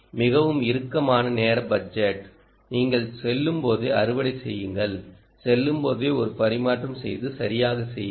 மிகவும் இறுக்கமான நேர பட்ஜெட் நீங்கள் செல்லும்போதே அறுவடை செய்யுங்கள் செல்லும்போதே ஒரு பரிமாற்றம் செய்து சரியாக செய்யுங்கள்